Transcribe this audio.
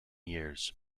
years